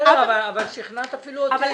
בסדר, אבל שכנעת אפילו אותי.